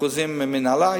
אחוזים מינהלה,